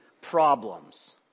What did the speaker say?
problems